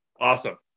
Awesome